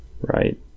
right